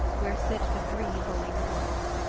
where sit the three holy norns.